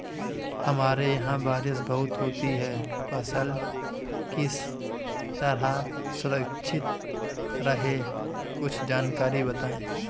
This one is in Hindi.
हमारे यहाँ बारिश बहुत होती है फसल किस तरह सुरक्षित रहे कुछ जानकारी बताएं?